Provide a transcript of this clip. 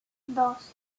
dos